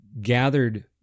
gathered